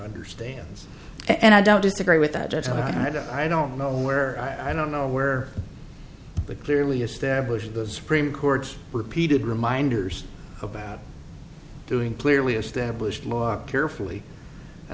understands and i don't disagree with that that's i don't i don't know where i don't know where but clearly established the supreme court's repeated reminders about doing clearly established law carefully i